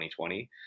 2020